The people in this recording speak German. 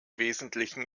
wesentlichen